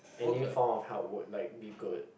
any form of help would like be good